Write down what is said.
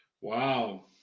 Wow